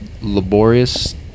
laborious